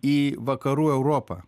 į vakarų europą